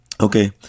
Okay